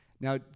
Now